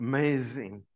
Amazing